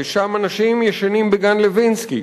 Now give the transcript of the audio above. ושם אנשים ישנים בגן-לוינסקי.